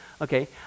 okay